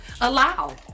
allow